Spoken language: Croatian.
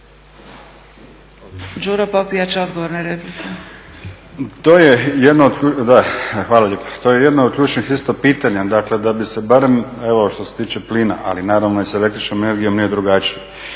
Đuro (HDZ)** Hvala lijepo. To je jedno od ključnih isto pitanja, dakle da bi se barem što se tiče plina, ali naravno i sa el.energijom nije drugačije,